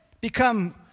become